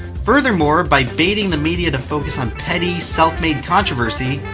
furthermore, by baiting the media to focus on petty self-made controversy,